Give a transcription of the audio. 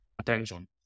attention